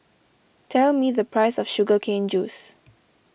tell me the price of Sugar Cane Juice